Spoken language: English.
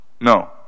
no